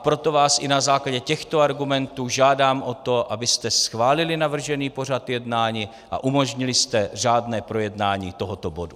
Proto vás i na základě těchto argumentů žádám o to, abyste schválili navržený pořad jednání a umožnili řádné projednání tohoto bodu.